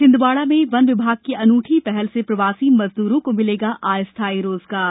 छिंदवाड़ा में वन विभाग की अनूठी पहल से प्रवासी मजदूरों को मिलेगा स्थाई रोजगार